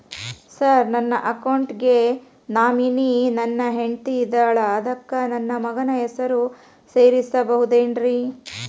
Sir ನನ್ನ account ಗೆ nominee ನನ್ನ ಹೆಂಡ್ತಿ ಇದ್ದಾಳ ಅದಕ್ಕ ನನ್ನ ಮಗನ ಹೆಸರು ಸೇರಸಬಹುದೇನ್ರಿ?